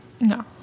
No